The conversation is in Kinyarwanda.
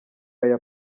aya